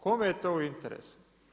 Kome je to u interesu?